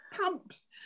pumps